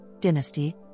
dynasty